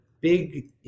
big